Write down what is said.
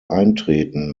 eintreten